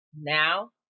now